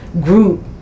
group